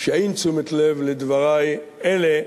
שאין תשומת לב לדברי אלה,